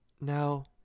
Now